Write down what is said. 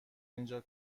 اینجا